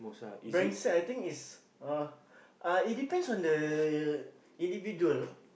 brensek I think it's uh it depends on the individual